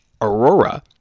Aurora